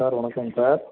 sir வணக்கம் sir